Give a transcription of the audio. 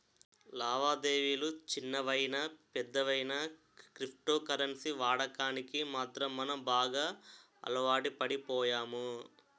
లావాదేవిలు చిన్నవయినా పెద్దవయినా క్రిప్టో కరెన్సీ వాడకానికి మాత్రం మనం బాగా అలవాటుపడిపోయాము